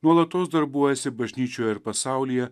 nuolatos darbuojasi bažnyčioje ir pasaulyje